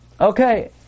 Okay